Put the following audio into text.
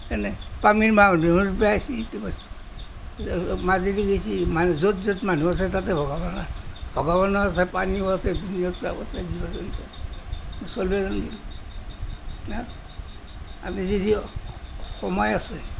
মাজেদি গৈছে য'ত য'ত মানুহ আছে তাতে ভগৱান আছে ভগৱানো আছে পানীও আছে জীৱ জন্তুও আছে আপুনি যদি সোমাই আছে